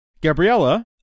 Gabriella